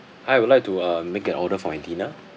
hi I would like to uh make an order for a dinner